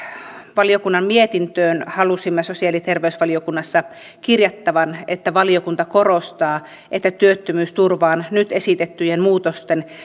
valiokunnan mietintöön halusimme sosiaali ja terveysvaliokunnassa kirjattavan valiokunta korostaa että työttömyysturvaan nyt esitettyjen muutosten